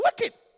wicked